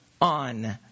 on